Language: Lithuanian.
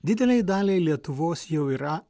didelei daliai lietuvos jau yra